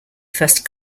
first